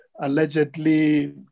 allegedly